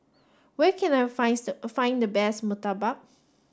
where can I find the best Murtabak